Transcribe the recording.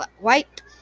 white